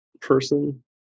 person